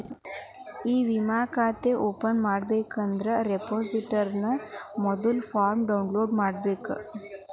E ವಿಮಾ ಖಾತೆ open ಮಾಡಬೇಕಂದ್ರ ವಿಮಾ ರೆಪೊಸಿಟರಿಯ ಮೊದಲ್ನೇ ಫಾರ್ಮ್ನ ಡೌನ್ಲೋಡ್ ಮಾಡ್ಬೇಕ